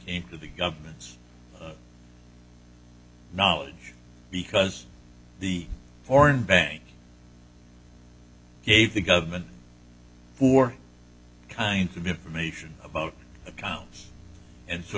into the government's knowledge because the foreign bank gave the government four kinds of information about accounts and so